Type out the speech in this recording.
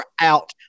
out